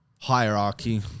hierarchy